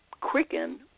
quicken